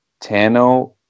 Tano